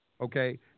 okay